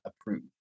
approve